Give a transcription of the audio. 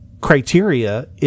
criteria